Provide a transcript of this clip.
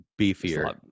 beefier